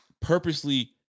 purposely